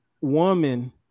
woman